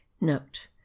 Note